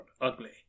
ugly